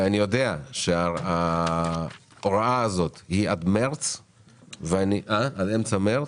אני יודע שההוראה הזאת היא עד אמצע מרץ.